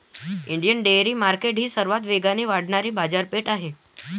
Indian dairy market ही सर्वात वेगाने वाढणारी बाजारपेठ आहे